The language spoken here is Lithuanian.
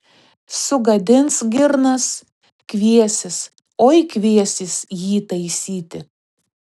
sugadins girnas kviesis oi kviesis jį taisyti